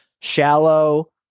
shallow